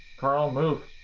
karl. move.